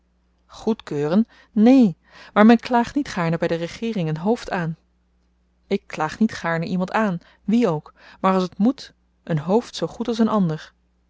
goedkeuren goedkeuren neen maar men klaagt niet gaarne by de regeering een hoofd aan ik klaag niet gaarne iemand aan wien ook maar als t moet een hoofd zoo goed als een ander